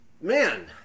Man